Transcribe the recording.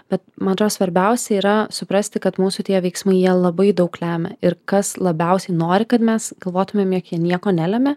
bet man atrodo svarbiausia yra suprasti kad mūsų tie veiksmai jie labai daug lemia ir kas labiausiai nori kad mes galvotumėm jog jie nieko nelemia